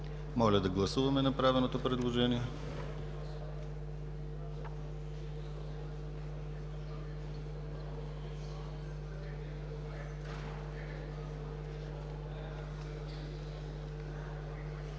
Моля да гласуваме направеното предложение.